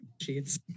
sheets